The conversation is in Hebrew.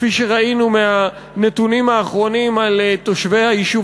כפי שראינו מהנתונים האחרונים על תושבי היישוב